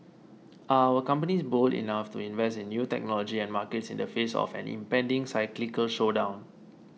are our companies bold enough to invest in new technology and markets in the face of an impending cyclical slowdown